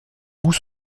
goûts